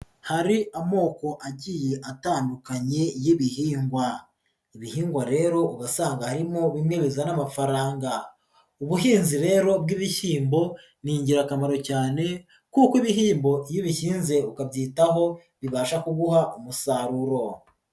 Hari amoko agiye atandukanye y'ibihingwa. Ibihingwa rero ugasanga harimo bimwe bizana amafaranga. Ubuhinzi rero bw'ibishyimbo ni ingirakamaro cyane kuko ibishyimbo iyo ubihinze ukabyitaho bibasha kuguha umusaruro.